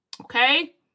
Okay